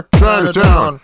Chinatown